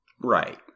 Right